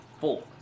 four